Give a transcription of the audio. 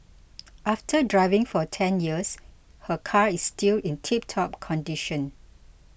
after driving for ten years her car is still in tiptop condition